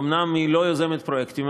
אומנם היא לא יוזמת פרויקטים,